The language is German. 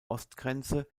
ostgrenze